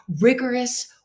rigorous